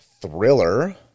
thriller